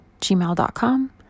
gmail.com